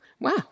Wow